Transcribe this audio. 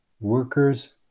workers